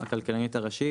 הכלכלנית הראשית,